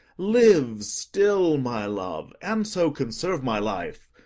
live still, my love, and so conserve my life,